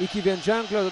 iki vienženklio